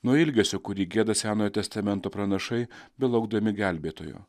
nuo ilgesio kurį gieda senojo testamento pranašai belaukdami gelbėtojo